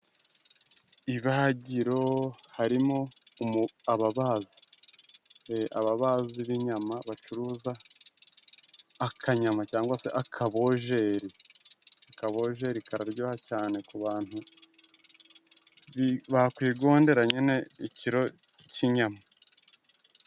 Ibagiro harimo ababazi, ababazi b'inyama bacuruza akanyama cyangwa se akabojeri. Akabojeri kararyoha cyane, ku bantu bakwigodera nyine ikiro cy'inyama.